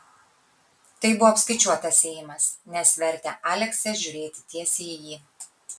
tai buvo apskaičiuotas ėjimas nes vertė aleksę žiūrėti tiesiai į jį